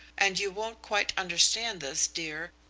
and you won't quite understand this, dear,